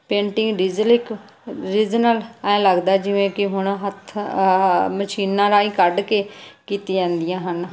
painting ਡਿਜਲਿਕ regional ਐਂ ਲੱਗਦਾ ਜਿਵੇਂ ਕਿ ਹੁਣ ਹੱਥ ਆਹਾ ਮਸ਼ੀਨਾਂ ਰਾਹੀਂ ਕੱਢ ਕੇ ਕੀਤੀ ਜਾਂਦੀਆਂ ਹਨ